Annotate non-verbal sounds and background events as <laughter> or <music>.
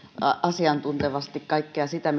asiantuntevasti kaikkea sitä <unintelligible>